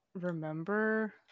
remember